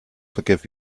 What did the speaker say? forgive